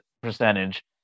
percentage